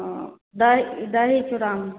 हँ दही चुड़ामे